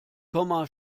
komma